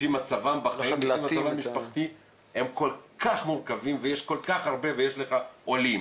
לפי מצבם המשפחתי הוא כל כך מורכב ויש כל כך הרבה ויש לך עולים